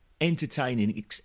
entertaining